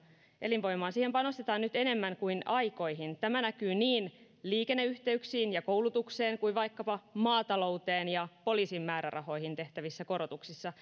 siihen panostetaan nyt enemmän kuin aikoihin tämä näkyy niin liikenneyhteyksiin ja koulutukseen kuin vaikkapa maatalouteen ja poliisin määrärahoihin tehtävissä korotuksissa